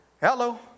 Hello